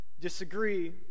disagree